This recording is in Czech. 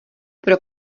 pro